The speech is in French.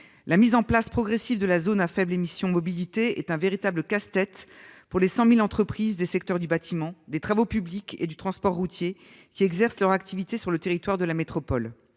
la mise en place progressive de la zone à faibles émissions mobilité (ZFE-m) est un véritable casse-tête pour les 100 000 sociétés des secteurs du bâtiment, des travaux publics et du transport routier qui exercent leur activité au sein de la métropole.